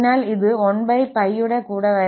അതിനാൽ ഇത് 1𝜋യുടെ കൂടെ വരുന്ന ഒരു 𝜋22ആണ്